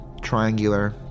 triangular